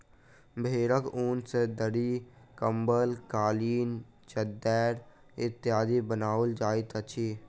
भेंड़क ऊन सॅ दरी, कम्बल, कालीन, चद्दैर इत्यादि बनाओल जाइत अछि